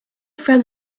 from